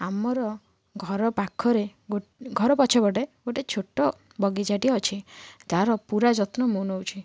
ଆମର ଘର ପାଖରେ ଘର ପଛ ପଟେ ଗୋଟେ ଛୋଟ ବଗିଚାଟିଏ ଅଛି ତାର ପୁରା ଯତ୍ନ ମୁଁ ନେଉଛି